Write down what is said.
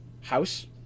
House